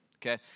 Okay